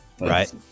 Right